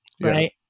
right